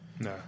no